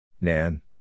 Nan